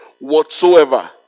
whatsoever